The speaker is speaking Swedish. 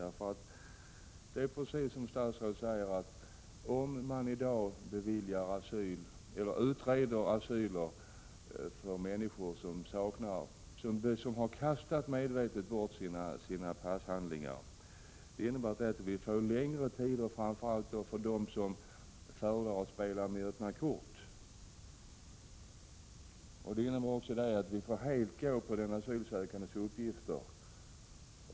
Det är precis som statsrådet säger: Om man i dag utreder asyl för människor som medvetet kastat bort sina passhandlingar, innebär det att behandlingen tar längre tid, framför allt för dem som föredrar att spela med öppna kort. Det innebär också att vi helt får gå efter de asylsökandes uppgifter.